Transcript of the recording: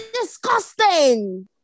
Disgusting